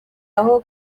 aho